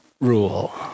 rule